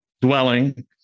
dwelling